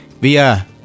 via